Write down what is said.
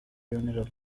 funeral